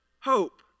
hope